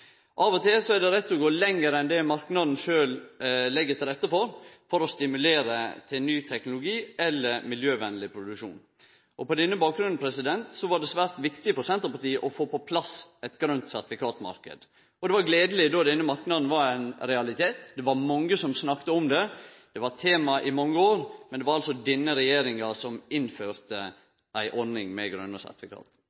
Av og til er det rett å gå lenger enn det marknaden sjølv legg til rette for, for å stimulere til ny teknologi eller miljøvenleg produksjon. På denne bakgrunnen var det svært viktig for Senterpartiet å få på plass ein grøn sertifikatmarknad, og det var gledeleg då denne marknaden var ein realitet. Det var mange som snakka om det, det var tema i mange år, men det var denne regjeringa som